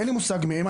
אין לי מושג מי הם,